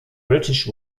british